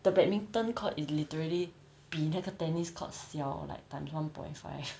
the badminton court is literally 比那个 tennis court 小 like times one point five